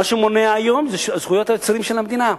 מה שמונע היום זה זכויות היוצרים של המדינה.